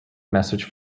message